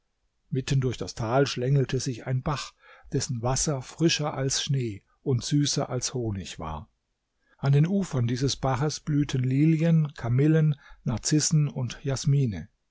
mitten durch das tal schlängelte sich ein bach dessen wasser frischer als schnee und süßer als honig war an den ufern dieses baches blühten lilien kamillen narzissen und jasmine